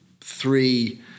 three